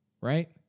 Right